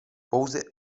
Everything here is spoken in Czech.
pouze